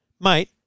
Mate